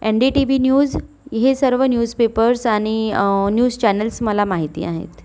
N D T V news हे सर्व news papers आणि न्यूज चॅनल्स मला माहिती आहेत